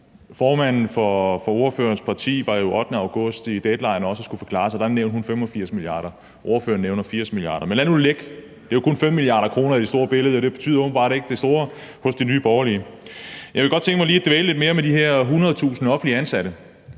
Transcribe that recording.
formanden for ordførerens parti var jo den 8. august i Deadline og skulle forklare sig, og der nævnte hun beløbet 85 mia. kr., mens ordføreren nævner 80 mia. kr. Men lad det nu ligge – det er jo kun 5 mia. kr. i det store billede, og det betyder åbenbart ikke det store hos Nye Borgerlige. Jeg kunne godt tænke mig lige at dvæle lidt mere ved det her med de 100.000 offentligt ansatte.